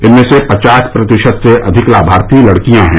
इनमें से पचास प्रतिशत से अधिक लाभार्थी लड़कियां हैं